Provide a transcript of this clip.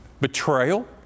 Betrayal